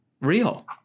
real